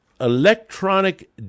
electronic